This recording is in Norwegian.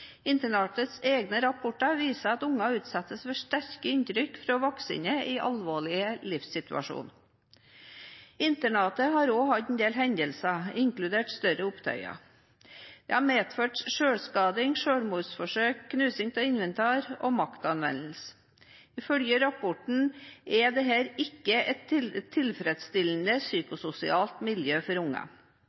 Internatets egne rapporter viser at unger utsettes for sterke inntrykk fra voksne i en alvorlig livssituasjon. Internatet har også hatt en del hendelser, inkludert større opptøyer. Det har medført selvskading, selvmordsforsøk, knusing av inventar og maktanvendelse. Ifølge rapporten er dette ikke et tilfredsstillende psykososialt miljø for